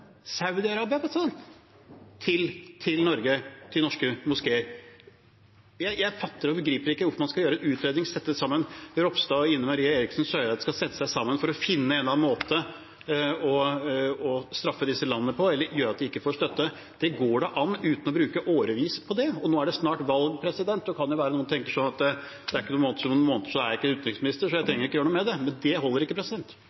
president – til Norge, til norske moskeer? Jeg fatter og begriper ikke hvorfor man skal ha en utredning – Kjell Ingolf Ropstad og Ine Eriksen Søreide skal sette seg sammen for å finne en eller annen måte å straffe disse landene på, eller som gjør at de ikke får støtte. Det går da an uten å bruke årevis på det. Nå er det snart valg. Det kan jo være at en tenker at om noen måneder er jeg ikke utenriksminister, så jeg trenger ikke gjøre noe med det, men det holder ikke.